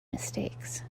mistakes